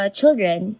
children